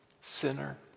sinner